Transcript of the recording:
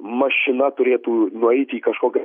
mašina turėtų nueiti į kažkokią